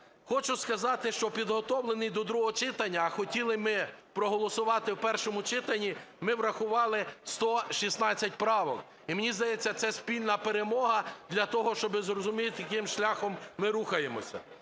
Хочу сказати, що підготовлений до другого читання, а хотіли ми проголосувати в першому читанні, ми врахували 116 правок, і, мені здається, це спільна перемога для того, щоб зрозуміти, яким шляхом ми рухаємося.